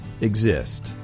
exist